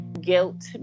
guilt